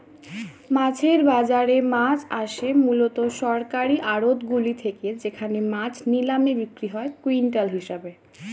মাছের বাজারে মাছ আসে মূলত সরকারি আড়তগুলি থেকে যেখানে মাছ নিলামে বিক্রি হয় কুইন্টাল হিসেবে